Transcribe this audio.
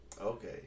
okay